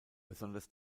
besonders